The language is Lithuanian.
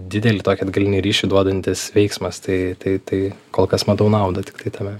didelį tokį atgalinį ryšį duodantis veiksmas tai tai tai kol kas matau naudą tiktai tame